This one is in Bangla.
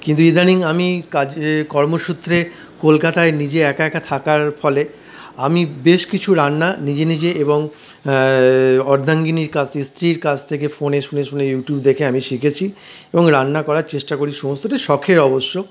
কিন্তু ইদানিং আমি কাজ কর্মসূত্রে কলকাতায় নিজে একা একা থাকার ফলে আমি বেশ কিছু রান্না নিজে নিজে এবং অর্ধাঙ্গিনীর কাছ থেকে স্ত্রীর কাছ থেকে ফোনে শুনে শুনে ইউটিউব দেখে আমি শিখেছি এবং রান্না করার চেষ্টা করি সমস্তটাই শখের অবশ্য